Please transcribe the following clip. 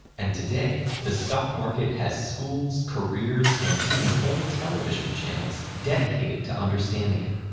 and today, the stock market has schools, careers, and even whole television channels dedicated to understanding it.